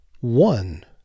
one